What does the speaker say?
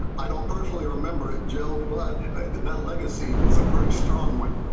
i don't personally remember it, joe, but that that legacy was a very strong one.